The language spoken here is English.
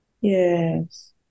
Yes